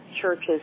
churches